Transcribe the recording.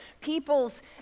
people's